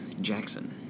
Jackson